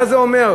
מה זה אומר?